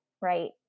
right